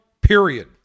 period